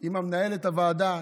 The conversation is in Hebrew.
עם מנהלת הוועדה.